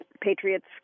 Patriots